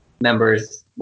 members